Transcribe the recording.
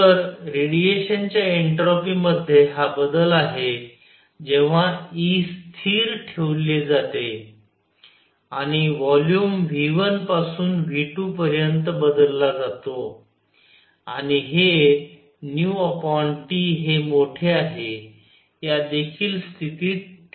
तर रेडिएशनच्या एन्ट्रॉपीमध्ये हा बदल आहे जेव्हा E स्थिर ठेवली जाते आणि व्हॉल्यूम V1 पासून V2 पर्यंत बदलला जातो आणि हे T हे मोठे आहे या देखील स्थितीत ठेवले जाते